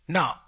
Now